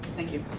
thank you.